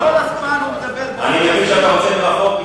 תגיד לנו פעם אחת שנדע.